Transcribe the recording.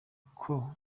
uko